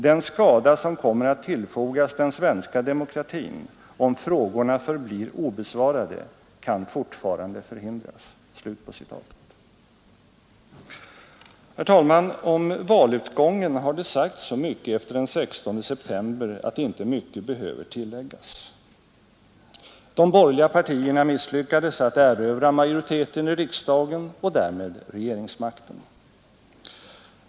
Den skada som kommer att tillfogas den svenska demokratin om frågorna förblir obesvarade kan fortfarande förhindras.” Herr talman! Om valutgången har det sagts så mycket efter den 16 september att inte mycket behöver tilläggas. De borgerliga partierna misslyckades att erövra majoriteten i riksdagen och därmed regeringsmakten.